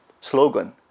slogan